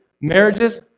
marriages